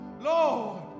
Lord